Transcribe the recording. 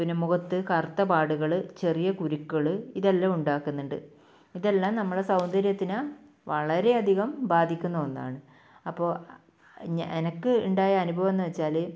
പിന്നെ മുഖത്ത് കറുത്ത പാടുകൾ ചെറിയ കുരുക്കൾ ഇതെല്ലാം ഉണ്ടാക്കുന്നുണ്ട് ഇതെല്ലാം നമ്മുടെ സൗന്ദര്യത്തിനെ വളരെ അധികം ബാധിക്കുന്ന ഒന്നാണ് അപ്പോൾ എനിക്ക് ഉണ്ടായ അനുഭവമെന്ന് വെച്ചാൽ